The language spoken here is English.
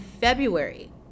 February